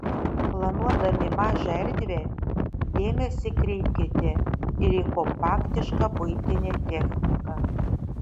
planuodami mažą erdvę dėmesį kreipkite ir į kompaktišką buitinę techniką